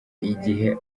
igihe